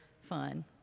fun